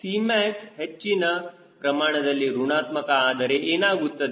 Cmac ಹೆಚ್ಚಿನ ಪ್ರಮಾಣದಲ್ಲಿ ಋಣಾತ್ಮಕ ಆದರೆ ಏನಾಗುತ್ತದೆ